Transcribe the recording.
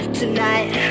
tonight